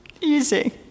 easy